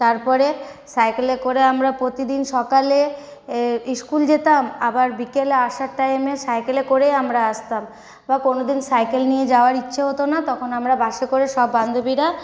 তারপরে সাইকেলে করে আমরা প্রতিদিন সকালে ইস্কুল যেতাম আবার বিকেলে আসার টাইমে সাইকেলে করেই আমরা আসতাম বা কোনওদিন সাইকেল নিয়ে যাওয়ার ইচ্ছা হত না তখন আমরা বাসে করে সব বান্ধবীরা